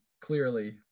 clearly